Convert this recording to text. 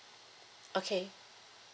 okay